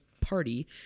Party